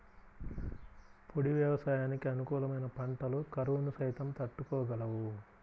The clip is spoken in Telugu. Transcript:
పొడి వ్యవసాయానికి అనుకూలమైన పంటలు కరువును సైతం తట్టుకోగలవు